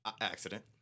accident